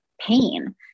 pain